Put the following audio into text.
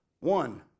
One